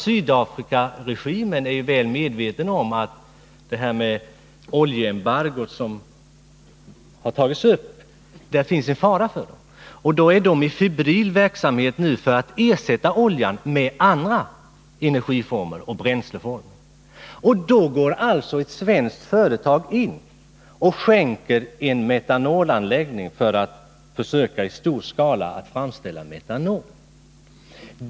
Sydafrikaregimen är väl medveten om att det finns en fara med oljeembargot, och därför pågår det nu en febril verksamhet för att ersätta olja med andra energioch bränsleformer. Och i det läget går alltså ett svenskt företag in och skänker en metanolanläggning där man skall försöka att i stor skala framställa metanol.